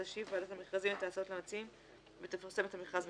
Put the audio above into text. תשיב ועדת המכרזים את ההצעות למציעים ותפרסם את המכרז מחדש".